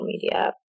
media